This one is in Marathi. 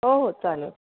हो हो चालेल